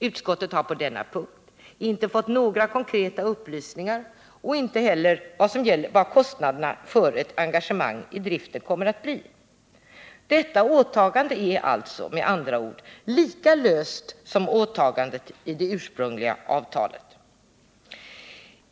Utskottet har på denna punkt icke fått några konkreta upplysningar och har inte heller fått veta vilka kostnaderna för ett engagemang i driften kommer att bli. Detta åtagande är alltså med andra ord lika löst som åtagandet i det ursprungliga avtalet.